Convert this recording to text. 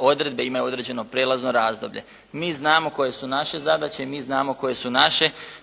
odredbe imaju određeno prijelazno razdoblje. Mi znamo koje su naše zadaće i mi znamo koje su naše